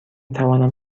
توانم